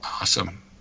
Awesome